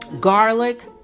garlic